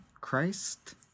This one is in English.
Christ